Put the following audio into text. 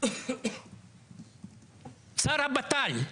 שר הבט״ל,